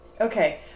Okay